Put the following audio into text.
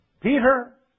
Peter